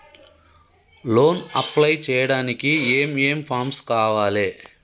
Loan apply చేయడానికి ఏం ఏం ఫామ్స్ కావాలే?